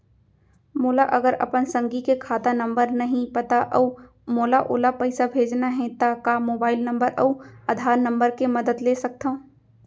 मोला अगर अपन संगी के खाता नंबर नहीं पता अऊ मोला ओला पइसा भेजना हे ता का मोबाईल नंबर अऊ आधार नंबर के मदद ले सकथव?